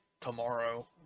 tomorrow